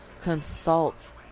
consult